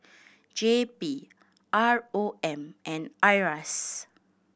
J P R O M and IRAS